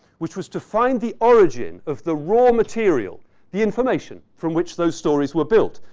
which was to find the origin of the raw material the information from which those stories were built.